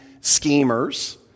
schemers